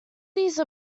these